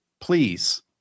please